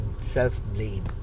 self-blame